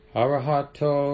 arahato